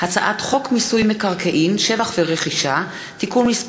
הצעת חוק מיסוי מקרקעין (שבח ורכישה) (תיקון מס'